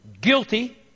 guilty